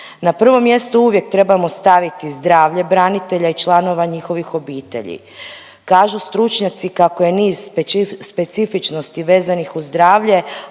Na prvom mjestu uvijek trebamo staviti zdravlje branitelja i članova njihovih obitelji. Kažu stručnjaci kako je niz specifičnosti vezanih uz zdravlje,